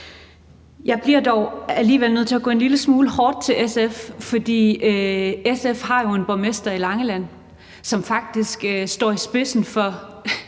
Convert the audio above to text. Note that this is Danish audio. Jeg bliver dog alligevel nødt til at gå en lille smule hårdt til SF, for SF har jo en borgmester i Langeland Kommune, som faktisk står i spidsen for